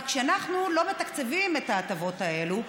רק שאנחנו לא מתקצבים את ההטבות האלה,